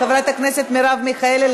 חברת הכנסת מרב מיכאלי,